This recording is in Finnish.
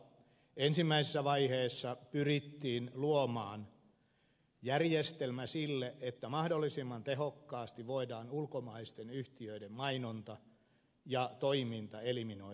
ensimmäisessä vaiheessa pyrittiin luomaan järjestelmä sille että mahdollisimman tehokkaasti voidaan ulkomaisten yhtiöiden mainonta ja toiminta eliminoida suomessa